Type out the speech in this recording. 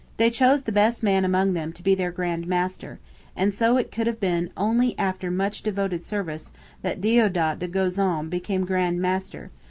they chose the best man among them to be their grand master and so it could have been only after much devoted service that deodat de gozon became grand master,